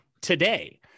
today